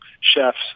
chefs